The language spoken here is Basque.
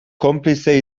konplize